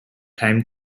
time